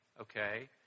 okay